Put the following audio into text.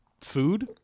food